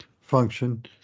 function